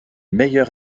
meilleur